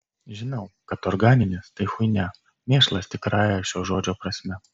žinau kad organinės tai chuinia mėšlas tikrąja šio žodžio prasme